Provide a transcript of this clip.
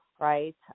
right